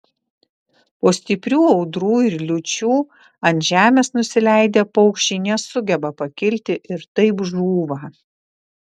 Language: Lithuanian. po stiprių audrų ir liūčių ant žemės nusileidę paukščiai nesugeba pakilti ir taip žūva